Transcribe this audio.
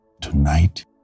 tonight